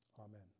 Amen